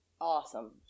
Awesome